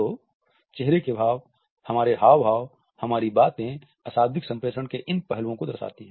तो चेहरे के भाव हमारे हाव भाव हमारी बातें अशाब्दिक संप्रेषण के इन पहलुओं को दर्शाती हैं